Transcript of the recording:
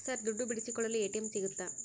Sir ದುಡ್ಡು ಬಿಡಿಸಿಕೊಳ್ಳಲು ATM ಸಿಗುತ್ತಾ?